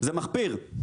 זה מחפיר.